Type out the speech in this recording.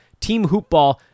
teamhoopball